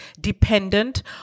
dependent